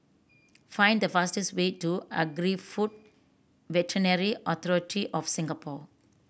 find the fastest way to Agri Food Veterinary Authority of Singapore